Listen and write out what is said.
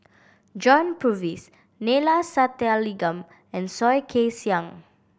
John Purvis Neila Sathyalingam and Soh Kay Siang